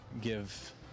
give